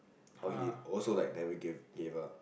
how he also like never gave up